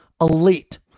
Elite